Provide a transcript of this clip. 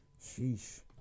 Sheesh